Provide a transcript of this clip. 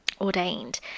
ordained